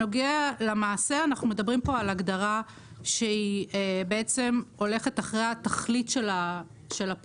בהגדרת מעשה אנחנו מדברים על הגדרה שהולכת אחרי התכלית של הפעולות,